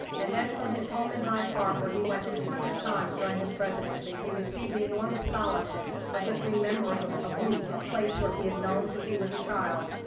and then, from his home in hyde park, where he went two hundred times during his presidency, he received the enormous solace of just remembering a root, a place where he had known since he was a child,